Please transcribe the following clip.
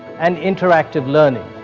and interactive learning.